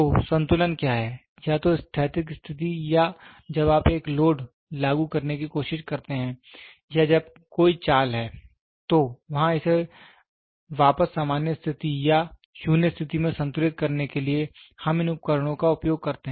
तो संतुलन क्या है या तो स्थैतिक स्थिति या जब आप एक लोड लागू करने की कोशिश करते हैं या जब कोई चाल है तो वहाँ इसे वापस सामान्य स्थिति या 0 स्थिति में संतुलित करने के लिए हम इन उपकरणों का उपयोग करते हैं